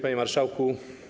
Panie Marszałku!